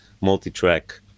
multi-track